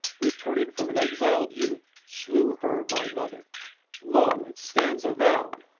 returning from an exiled youth, slew her, my mother lo, it stands avowed!